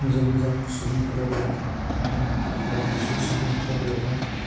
मोजां मोजां सुबुंफ्रा बेयाव थाङो आरो किसु सुबंफ्रा बेयावहाय